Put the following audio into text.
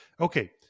okay